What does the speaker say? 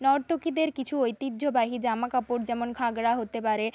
নর্তকীদের কিছু ঐতিহ্যবাহী জামা কাপড় যেমন ঘাগরা হতে পারে